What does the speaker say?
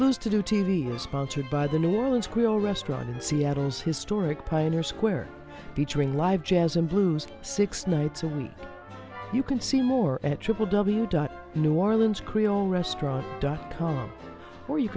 blues to do t v is sponsored by the new orleans creole restaurant in seattle's historic pioneer square featuring live jazz and blues six nights a week you can see more at triple w dot new orleans creole restaurant dot com or you